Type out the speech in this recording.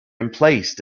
emplaced